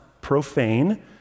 profane